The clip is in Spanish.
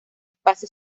espacio